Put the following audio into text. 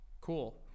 Cool